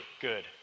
good